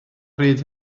bryd